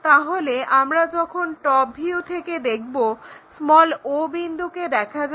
তাহলে আমরা যখন টপ ভিউ থেকে দেখব o বিন্দুকে দেখা যাবে